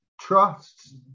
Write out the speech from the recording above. trusts